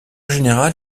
général